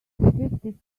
fifty